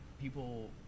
People